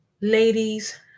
ladies